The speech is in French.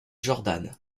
jordan